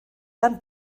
lan